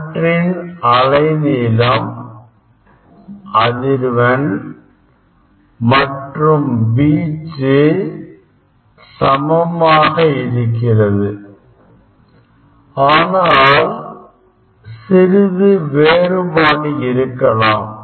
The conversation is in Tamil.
அவற்றின் அலைநீளம் அதிர்வெண் மற்றும் வீச்சு சமமாக இருக்கிறது ஆனால் சிறிது வேறுபாடு இருக்கலாம்